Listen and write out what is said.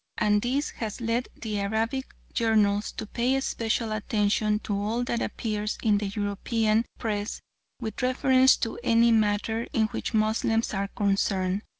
and this has led the arabic journals to pay special attention to all that appears in the european press with reference to any matter in which moslems are concerned.